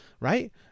right